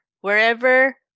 wherever